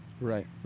Right